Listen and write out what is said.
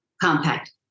compact